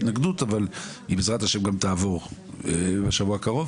התנגדות אבל היא בעזרת ה' גם תעבור השבוע הקרוב